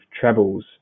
trebles